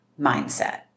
mindset